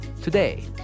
Today